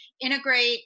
integrate